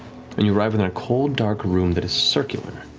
and you arrive in a cold dark room that is circular,